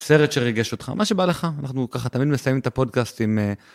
סרט שריגש אותך, מה שבא לך, אנחנו ככה תמיד מסיים את הפודקאסט עם.